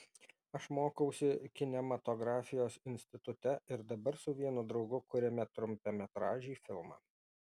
aš mokausi kinematografijos institute ir dabar su vienu draugu kuriame trumpametražį filmą